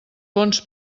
bons